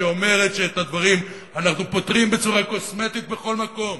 שאומר שאת הדברים אנחנו פותרים בצורה קוסמטית בכל מקום.